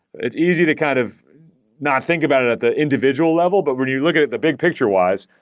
it's easy to kind of not think about it at the individual level, but when you look at at the big picture wise,